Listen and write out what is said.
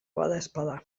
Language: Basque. badaezpada